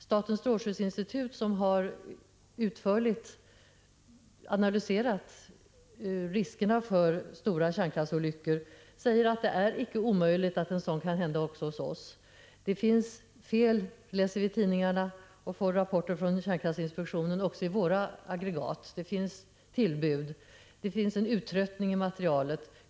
Statens strålskyddsinstitut som utförligt har analyserat riskerna för stora kärnkraftsolyckor säger att det icke är omöjligt att en sådan olycka kan hända också hos oss. Det finns fel, läser vi i tidningarna och får vi rapporter om från kärnkraftinspektionen, också i våra aggregat. Det finns tillbud och det förekommer sprickor och en uttröttning i materialet.